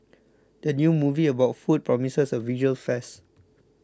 the new movie about food promises a visual feast